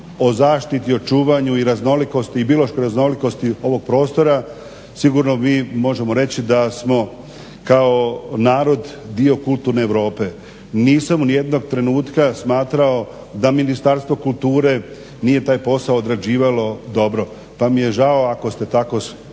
o zaštiti, očuvanju i raznolikosti i biološke raznolikosti ovog prostora sigurno bi, možemo reći da smo kao narod dio kulturne Europe. Nisam ni jednog trenutka smatrao da Ministarstvo kulture nije taj posao odrađivalo dobro, pa mi je žao ako ste tako to